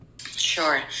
Sure